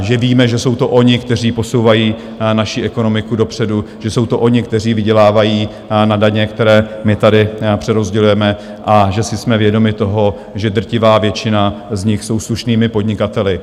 Že víme, že jsou to oni, kteří posouvají naši ekonomiku dopředu, že jsou to oni, kteří vydělávají na daně, které my tady přerozdělujeme, a že jsme si vědomi toho, že drtivá většina z nich jsou slušnými podnikateli.